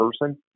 person